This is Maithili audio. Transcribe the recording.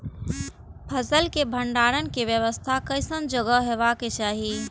फसल के भंडारण के व्यवस्था केसन जगह हेबाक चाही?